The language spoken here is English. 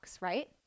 right